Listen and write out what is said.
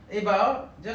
leisurely ah